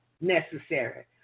necessary